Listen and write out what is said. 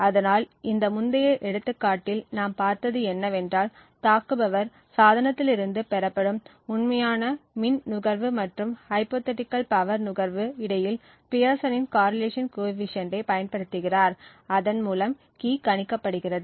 அதனால் இந்த முந்தைய எடுத்துக்காட்டில் நாம் பார்த்தது என்னவென்றால் தாக்குபவர் சாதனத்தில் இருந்து பெறப்படும் உண்மையான மின் நுகர்வு மற்றும் ஹைப்போதீட்டிகள் பவர் நுகர்வு இடையில் பியர்சனின் காரிலேஷன் கோஎபிசியன்ட்டை பயன்படுத்துகிறார் அதன் மூலம் கீ கணிக்கப்படுகிறது